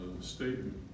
statement